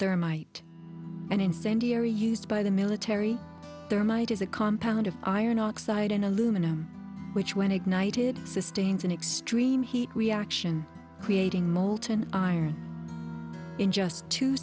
thermite and incendiary used by the military their might is a compound of iron oxide in aluminum which when ignited sustains an extreme heat reaction creating molten iron in just two